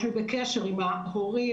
אנחנו בקשר עם ההורים,